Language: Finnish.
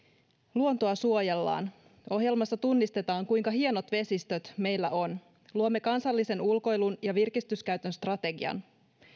luontoa suojellaan ohjelmassa tunnistetaan kuinka hienot vesistöt meillä on luomme ulkoilun ja virkistyskäytön kansallisen strategian